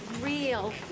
Real